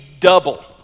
Double